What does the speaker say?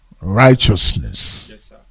Righteousness